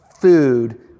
food